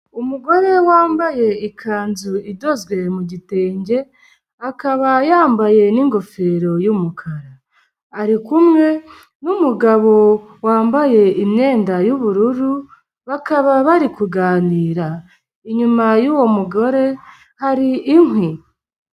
Umugore wambaye ikanzu idozwe mu gitenge, akaba yambaye n'ingofero y'umukara, ari kumwe n'umugabo wambaye imyenda y'ubururu, bakaba bari kuganira, inyuma y'uwo mugore hari inkwi.